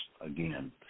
again